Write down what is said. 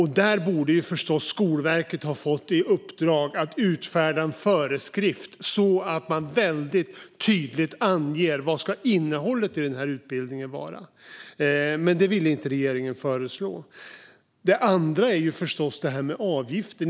Här borde förstås Skolverket ha fått i uppdrag att utfärda en föreskrift där det tydligt anges vad innehållet i utbildningen ska vara. Men det ville regeringen inte föreslå. Vidare finns frågan om avgiften.